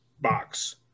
box